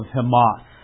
Hamas